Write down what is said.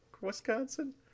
Wisconsin